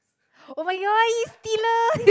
oh-my-god you stealer